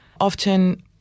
Often